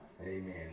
Amen